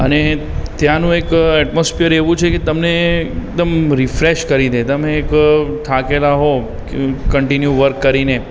અને ત્યાંનું એક એટ્મોસ્ફીયર એવું છે કે તમને એકદમ રિફ્રૅશ કરી દે તમને એક તમે થાકેલાં હોવ કંટિન્યૂ વર્ક કરીને